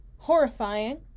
Horrifying